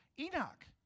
Enoch